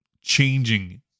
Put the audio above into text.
changing